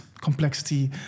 complexity